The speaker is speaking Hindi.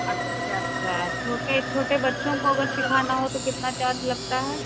अच्छा अच्छा छोटे छोटे बच्चों को अगर सिखाना हो तो कितना टाइम लगता है